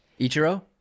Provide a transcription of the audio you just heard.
Ichiro